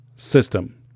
system